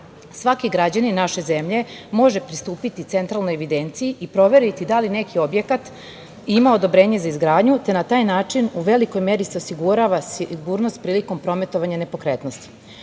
Svaki građanin naše zemlje može pristupiti Centralnoj evidenciji i proveriti da li neki objekat ima odobrenje za izgradnju, te na taj način u velikoj meri se osigurava sigurnost prilikom prometovanja nepokretnosti.